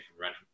running